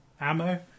ammo